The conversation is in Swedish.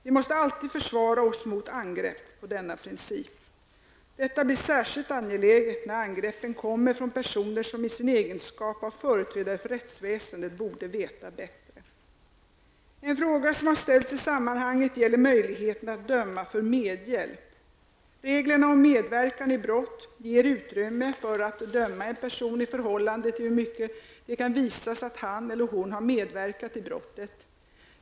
Vi måste alltid försvara oss mot angrepp på denna princip. Detta blir särskilt angeläget när angreppen kommer från personer som i egenskap av företrädare för rättsväsendet borde veta bättre. En fråga som har ställts i sammanhanget gäller möjligheterna att döma för medhjälp. Reglerna om medverkan i brott ger utrymme för att döma en person i förhållande till hur mycket det kan visas att han eller hon har medverkat i brottet.